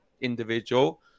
individual